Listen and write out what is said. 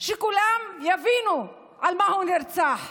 שכולם יבינו על מה הוא נרצח.